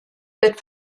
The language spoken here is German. wird